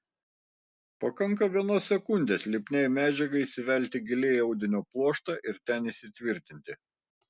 pakanka vienos sekundės lipniai medžiagai įsivelti giliai į audinio pluoštą ir ten įsitvirtinti